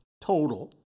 total